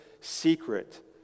secret